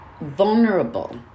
vulnerable